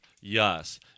Yes